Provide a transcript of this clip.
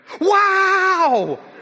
wow